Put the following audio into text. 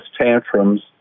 tantrums